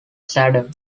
saddam